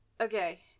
okay